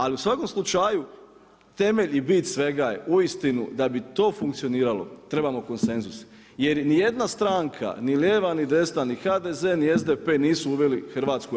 Ali, u svakom slučaju temelj i bit svega je uistinu, da bi to funkcioniralo trebamo konsenzus, jer ni jedna stranka, ni lijeva ni desna, ni HDZ ni SDP nisu uveli Hrvatsku u EU.